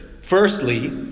Firstly